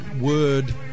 word